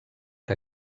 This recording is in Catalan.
que